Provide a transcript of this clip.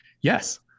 Yes